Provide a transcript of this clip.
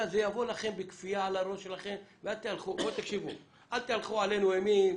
זה יבוא לכם בכפייה ואל תהלכו עלינו אימים,